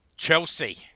Chelsea